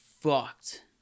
fucked